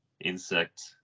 insect